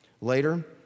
Later